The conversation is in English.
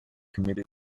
committed